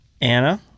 Anna